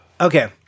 Okay